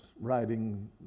writing